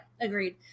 Agreed